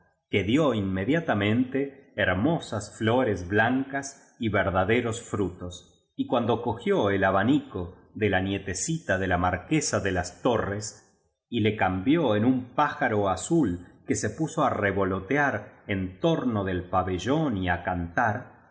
que dio inmediatamente hermosas flores blancas y verdaderos fru tos y cuando cogió el abanico de la nietecita de la mar quesa de las torres y le cambió en un pájaro azul que se puso á revolotear en torno del pabellón y á cantar su